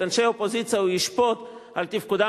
את אנשי האופוזיציה הוא ישפוט על תפקודם